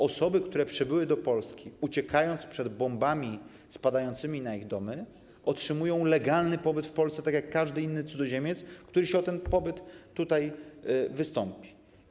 Osoby, które przybyły do Polski, uciekając przed bombami spadającymi na ich domy, otrzymują legalny pobyt w Polsce tak jak każdy inny cudzoziemiec, który o ten pobyt tutaj wystąpi.